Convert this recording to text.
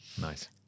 Nice